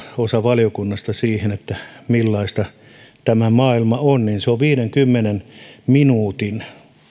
osa meidän valiokunnasta oli tutustumassa siihen että millaista tämä maailma on ja se on viidenkymmenen minuutin